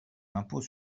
l’impôt